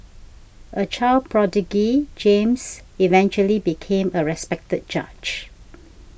a child prodigy James eventually became a respected judge